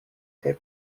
their